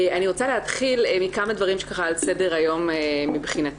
אני רוצה להתחיל מכמה דברים שעל סדר היום מבחינתנו.